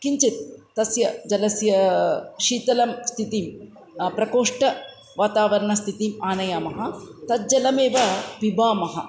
किञ्चित् तस्य जलस्य शीतलं स्थितिं प्रकोष्ठवातावरणस्थितिम् आनयामः तद् जलमेव पिबामः